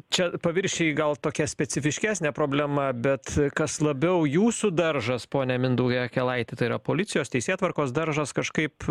čia paviršiai gal tokia specifiškesnė problema bet kas labiau jūsų daržas pone mindaugai akelaiti tai yra policijos teisėtvarkos daržas kažkaip